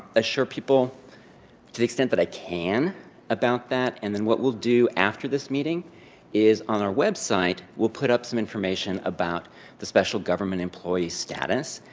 assure people to the extent that i can about that. and then, what we'll do after this meeting is on our website, we'll put up some information about the special government employee status,